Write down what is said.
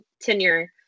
tenure